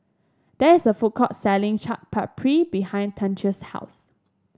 there is a food court selling Chaat Papri behind Chante's house